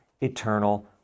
eternal